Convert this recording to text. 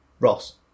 Ross